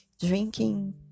drinking